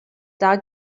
dog